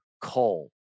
coal